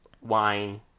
wine